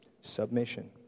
Submission